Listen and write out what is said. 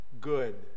good